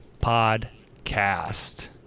Podcast